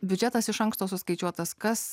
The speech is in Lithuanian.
biudžetas iš anksto suskaičiuotas kas